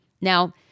Now